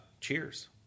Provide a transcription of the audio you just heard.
cheers